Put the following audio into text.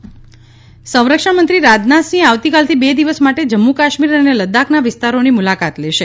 રાજનાથ મુલાકાત સંરક્ષણ મંત્રી રાજનાથ સિંહ આવતીકાલથી બે દિવસ માટે જમ્મુ કાશ્મીર અને લદ્દાખના વિસ્તારોની મુલાકાત લેશે